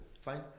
Fine